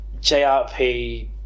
JRP